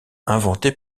inventée